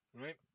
right